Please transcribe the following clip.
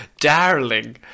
darling